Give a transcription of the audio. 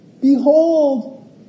behold